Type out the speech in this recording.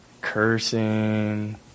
Cursing